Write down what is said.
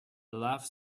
love